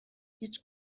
هیچ